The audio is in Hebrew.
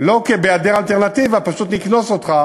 לא כי בהיעדר אלטרנטיבה פשוט נקנוס אותך,